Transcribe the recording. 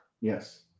Yes